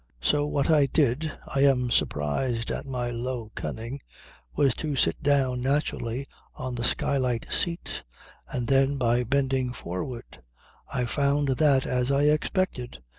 so what i did i am surprised at my low cunning was to sit down naturally on the skylight-seat and then by bending forward i found that, as i expected,